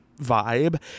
vibe